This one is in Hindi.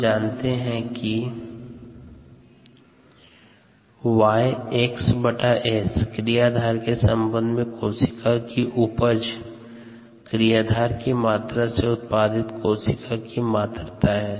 हम जानते हैं कि Y xs क्रियाधार के संबंध में कोशिका की उपज क्रियाधार की मात्रा से उत्पादित कोशिका की मात्रा है